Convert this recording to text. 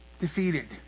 defeated